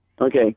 Okay